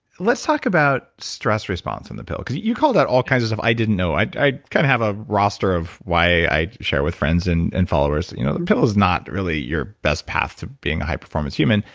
let's talk about stress response on the pill. because you called out all kinds of stuff i didn't know. i kind of have a roster of why i share with friends and and followers you know the pill is not really your best path to being a high performance human.